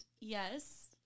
yes